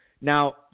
Now